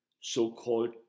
so-called